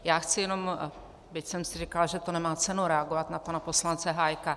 Já chci jenom, byť jsem si říkala, že to nemá cenu, reagovat na pana poslance Hájka.